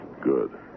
Good